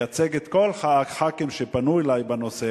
ומייצג את כל הח"כים שפנו אלי בנושא